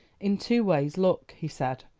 in two ways. look! he said,